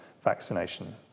vaccination